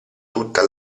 tutta